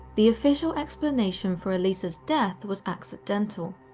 the official explanation for elisa's death was accidental.